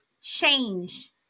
change